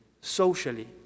socially